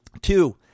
Two